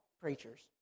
preachers